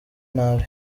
nabi